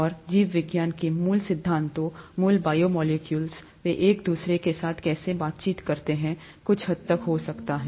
और जीव विज्ञान के मूल सिद्धांतों मूल बायोमोलेक्यूल्स वे एक दूसरे के साथ कैसे बातचीत करते हैं कुछ हद तक हो सकता है